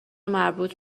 مربوط